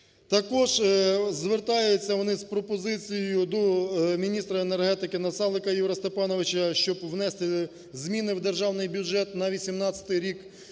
Також звертаюся вони з пропозицією до міністра енергетики Насалика Ігоря Степановича, щоб внести зміни в державний бюджет на 18-й рік по